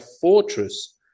fortress